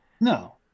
no